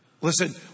Listen